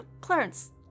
Clarence